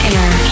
Air